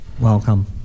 Welcome